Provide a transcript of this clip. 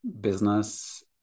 business